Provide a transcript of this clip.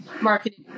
marketing